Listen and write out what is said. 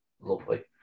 Lovely